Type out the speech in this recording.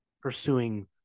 pursuing